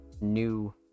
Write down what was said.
new